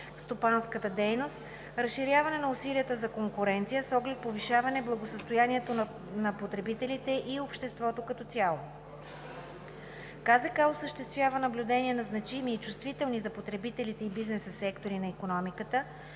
стопанската дейност, разширяване на усилията за конкуренция с оглед повишаване благосъстоянието на потребителите и обществото като цяло. КЗК осъществи наблюдение на значими и чувствителни за потребителите и бизнеса сектори на икономиката,